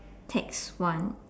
tax one